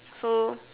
so